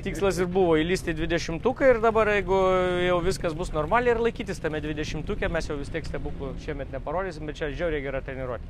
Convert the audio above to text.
tikslas ir buvo įlįst į dvidešimtuką ir dabar jeigu jau viskas bus normaliai ir laikytis tame dvidešimtuke mes jau vis tiek stebuklų šiemet neparodysim bet čia žiauriai gera treniruotė